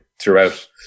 throughout